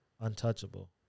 untouchable